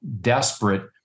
desperate